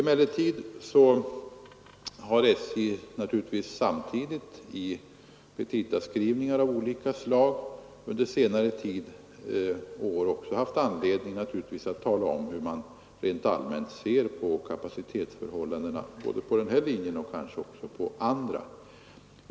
Men SJ har naturligtvis samtidigt i olika petita under senare tid, och även i år, haft anledning att tala om hur man rent allmänt ser på kapacitetsförhållandena både på den här linjen och på andra.